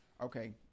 okay